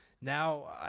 Now